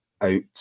out